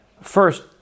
First